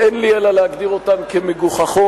אין לי אלא להגדיר אותן מגוחכות,